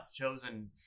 chosen